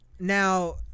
Now